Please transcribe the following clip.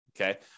okay